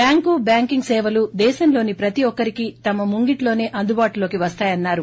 bank banking సేవలు దేశంలోని ప్రతి ఒక్కరికీ తమ ముంగిట్లోనే అందుబాటులోకి వస్తాయన్నారు